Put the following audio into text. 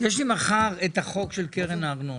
את החוק של קרן הארנונה,